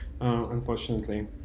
unfortunately